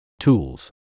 Tools